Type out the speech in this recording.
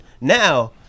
Now